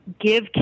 give